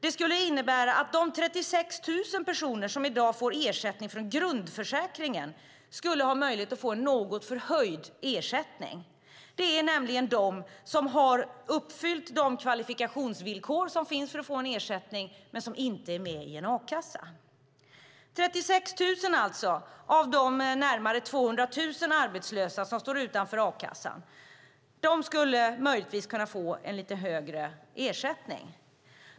Det skulle innebära att de 36 000 personer som i dag får ersättning från grundförsäkringen skulle ha en möjlighet att få en något förhöjd ersättning. Det är nämligen de som har uppfyllt de kvalifikationsvillkor som finns för att få en ersättning men som inte är med i en a-kassa. Det är alltså 36 000 av de närmare 200 000 arbetslösa som står utanför a-kassan. De skulle möjligtvis kunna få en lite högre ersättning.